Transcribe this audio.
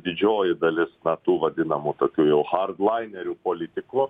didžioji dalis na tų vadinamų tokių jau hardlainerių politikų